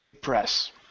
Press